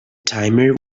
timer